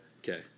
Okay